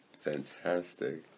Fantastic